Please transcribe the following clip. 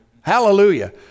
Hallelujah